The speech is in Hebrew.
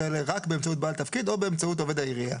האלה רק באמצעות בעל תפקיד או באמצעות עובד העירייה.